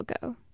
go